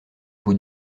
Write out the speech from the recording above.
bout